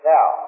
Now